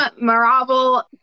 Marvel